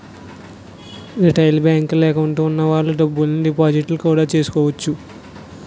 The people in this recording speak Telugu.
రిటైలు బేంకుల్లో ఎకౌంటు వున్న వాళ్ళు డబ్బుల్ని డిపాజిట్టు కూడా చేసుకోవచ్చు